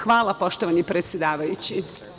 Hvala, poštovani predsedavajući.